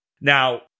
Now